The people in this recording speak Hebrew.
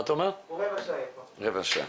הוא יגיע עוד רבע שעה.